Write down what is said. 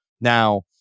Now